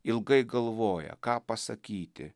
ilgai galvoja ką pasakyti